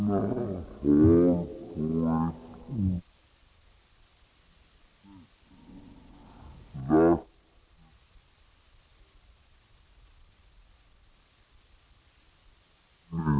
Herr talman!